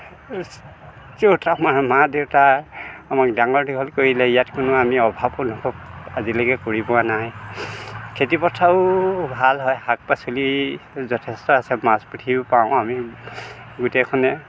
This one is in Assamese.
য'ত আমাৰ মা দেউতা আমাক ডাঙৰ দীঘল কৰিলে ইয়াত কোনো আমি অভাৱ অনুভৱ আজিলৈকে কৰি পোৱা নাই খেতি পথাৰো ভাল হয় শাক পাচলি যথেষ্ট আছে মাছ পুঠিও পাওঁ আমি গোটেইখন